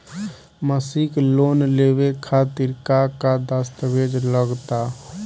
मसीक लोन लेवे खातिर का का दास्तावेज लग ता?